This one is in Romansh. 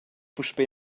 puspei